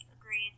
Agreed